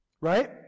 Right